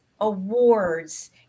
awards